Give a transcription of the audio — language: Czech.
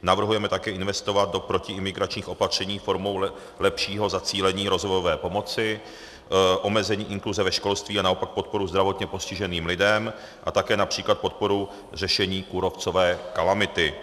navrhujeme také investovat do protiimigračních opatření formou lepšího zacílení rozvojové pomoci, omezení inkluze ve školství a naopak podporu zdravotně postiženým lidem a také například podporu řešení kůrovcové kalamity.